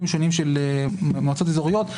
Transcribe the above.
שונים של מועצות אזוריות,